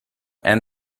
and